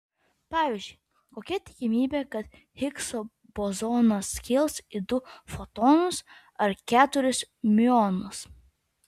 pavyzdžiui kokia tikimybė kad higso bozonas skils į du fotonus ar keturis miuonus